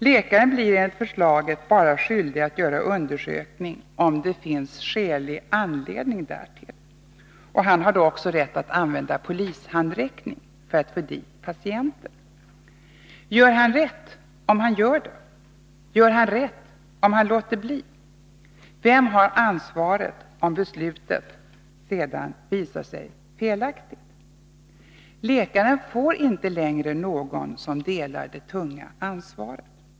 Läkaren blir enligt förslaget bara skyldig att göra undersökning om det finns skälig anledning därtill. Han har då också rätt att använda polishandräckning för att få dit patienten. Gör han rätt om han gör det? Gör han rätt om han låter bli? Vem har ansvaret om beslutet sedan visar sig felaktigt? Läkaren får inte längre någon som delar det tunga ansvaret.